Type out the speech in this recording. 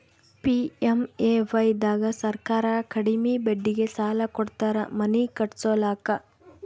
PMAY ದಾಗ ಸರ್ಕಾರ ಕಡಿಮಿ ಬಡ್ಡಿಗೆ ಸಾಲ ಕೊಡ್ತಾರ ಮನಿ ಕಟ್ಸ್ಕೊಲಾಕ